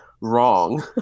wrong